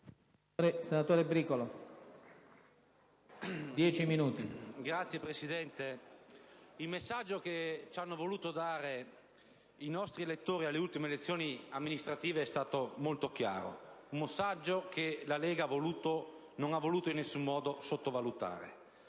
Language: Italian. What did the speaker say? il messaggio che hanno voluto darci i nostri elettori alle ultime elezioni amministrative è stato molto chiaro: un messaggio che la Lega non ha voluto in nessun modo sottovalutare.